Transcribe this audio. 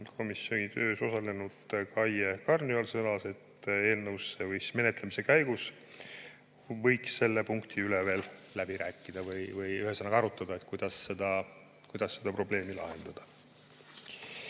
Komisjoni töös osalenud Kaie Karniol sõnas, et eelnõus menetlemise käigus võiks selle punkti üle veel rääkida või arutada, kuidas seda probleemi lahendada.